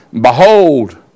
Behold